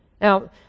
Now